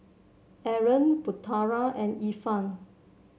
Aaron Putera and Irfan